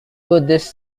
buddhist